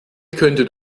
könntet